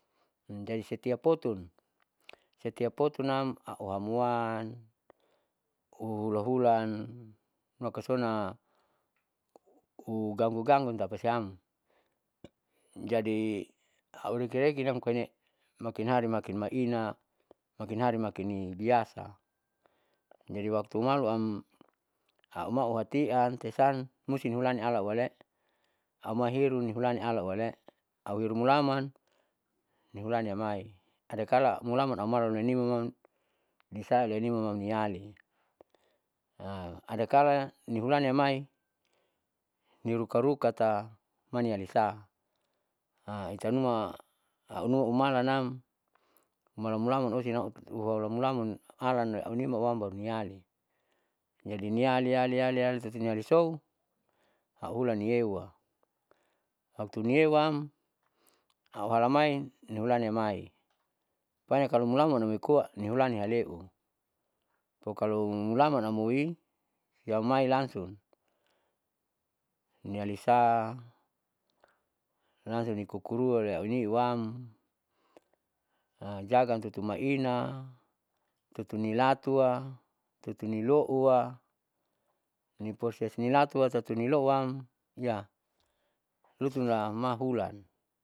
jadi setiap potunam seriap potunam au hamuan uhulanhulan makasona uganggu ganggu tapasiam. jadi irekirekinam koine, makin hari makin maina makin hari makini biasa. Jadi waktu maluam aumauhatian tesan musin hulani alahuale auma hirun nihulani alahuale auri mulaman nihulani amai adakala mulaman aumala ulanima nimanisale nimanam niali adakala nihulani amai nirukarukata maialisa hitanuma aunuma numalanam mula mulaman osinam untutua holamulaman alane aunima uiam baru niali. Jadi niali ali ali ali tati nialisou auhulan nieua autunieuam auhalamain nihulani amai, panya kalo mulaman amoi koa nihulaniale'u pokalo mulaman amoi yaumai langsung nialisa namsikukurua reauninuam jagam tutuam maina tutunilatua tutubnloua niproses nialatua tati nilouam ya lutun lamahulan.